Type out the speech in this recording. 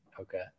Okay